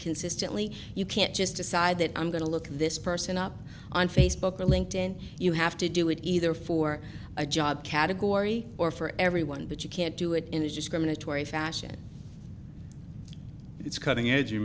consistently you can't just decide that i'm going to look this person up on facebook or linked in you have to do it either for a job category or for everyone but you can't do it in a discriminatory fashion it's cutting edge you